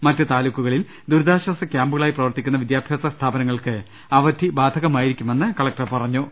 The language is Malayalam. മറ്റ് താലൂക്കുക ളിൽ ദുരിതാശ്വാസ ക്യാമ്പുകളായി പ്രവർത്തിക്കുന്ന വിദ്യാഭ്യാസ സ്ഥാപനങ്ങൾക്ക് അവധി ബാധകമായിരിക്കുമെന്ന് കലക്ടർ പറഞ്ഞു